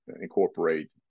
incorporate